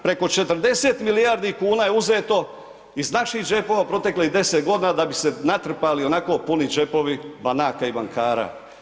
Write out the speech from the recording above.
Preko 40 milijardi kuna je uzeto iz naših džepova proteklih 10 g. da bi se natrpali ionako puni džepovi banaka i bankara.